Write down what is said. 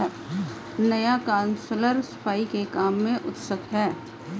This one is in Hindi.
नया काउंसलर सफाई के काम में उत्सुक है